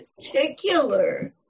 particular